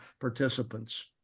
participants